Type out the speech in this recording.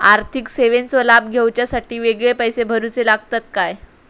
आर्थिक सेवेंचो लाभ घेवच्यासाठी वेगळे पैसे भरुचे लागतत काय?